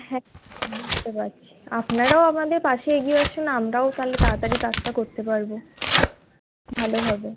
হ্যাঁ বুঝতে পারছি আপনারাও আমাদের পাশে এগিয়ে আসুন আমরাও তাহলে তাড়াতাড়ি কাজটা করতে পারবো ভালোভাবে